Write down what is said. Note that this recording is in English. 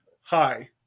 Hi